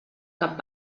cap